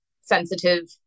sensitive